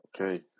Okay